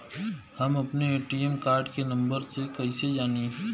हम अपने ATM card के नंबर कइसे जानी?